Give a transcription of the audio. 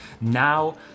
Now